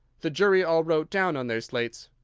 the jury all wrote down on their slates,